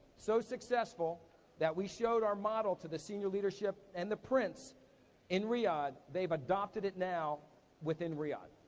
so successful that we showed our model to the senior leadership and the prince in riyadh. they've adopted it now within riyadh.